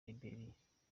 liberiya